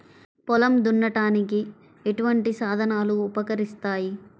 పొలం దున్నడానికి ఎటువంటి సాధనలు ఉపకరిస్తాయి?